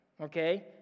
okay